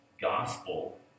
Gospel